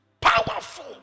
powerful